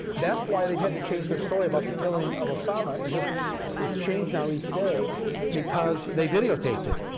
that's why they've had to change their story about the killing of osama in just it's changed now each day because they videotaped it.